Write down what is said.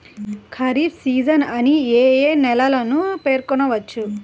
Kharif season అని ఏ ఏ నెలలను పేర్కొనవచ్చు?